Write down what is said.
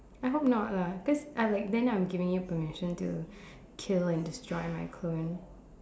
I hope not lah cause I like then I am giving you permission to kill and destroy my clone